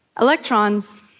Electrons